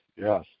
yes